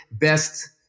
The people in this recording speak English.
best